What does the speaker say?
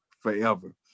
forever